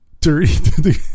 Dirty